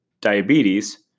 diabetes